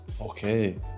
Okay